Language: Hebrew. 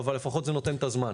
אבל לפחות זה נותן את הזמן.